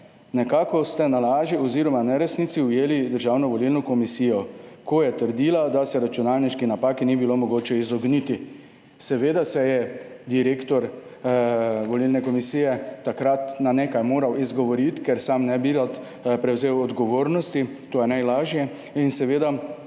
»Nekako ste na laži oziroma ne resnici ujeli Državno volilno komisijo, ko je trdila, da se računalniški napaki ni bilo mogoče izogniti.« Seveda se je direktor volilne komisije takrat na nekaj moral izgovoriti, ker sam ne bi rad prevzel odgovornosti, to je najlažje in seveda